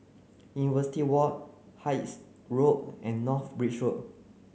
University Walk Hythe Road and North Bridge Road